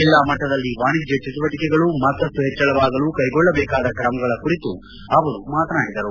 ಜಿಲ್ಲಾ ಮಟ್ನದಲ್ಲಿ ವಾಣಿಜ್ಯ ಚಟುವಟಿಕೆಗಳು ಮತ್ತಷ್ಟು ಹೆಚ್ಚಳವಾಗಲು ಕ್ಲೆಗೊಳ್ಳ ಬೇಕಾದ ಕ್ರಮಗಳ ಕುರಿತು ಅವರು ಮಾತನಾಡಿದರು